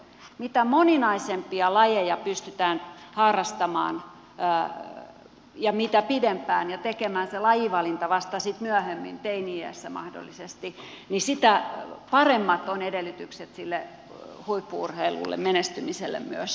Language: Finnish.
mitä moninaisempia lajeja pystytään harrastamaan ja mitä pidempään ja tekemään se lajivalinta vasta sitten myöhemmin teini iässä mahdollisesti niin sitä paremmat ovat edellytykset sille huippu urheilulle menestymiselle myös